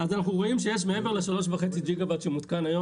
אז אנחנו רואים שמעבר לשלושה וחצי ג'יגה וואט שמותקן היום,